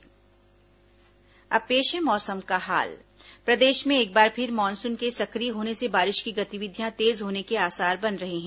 मौसम और अब पेश है मौसम का हाल प्रदेश में एक बार फिर मानसून के सक्रिय होने से बारिश की गतिविधियां तेज होने के आसार बन रहे हैं